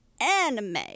Anime